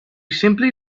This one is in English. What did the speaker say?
simply